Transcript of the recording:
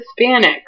Hispanics